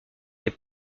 des